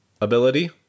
ability